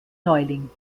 neuling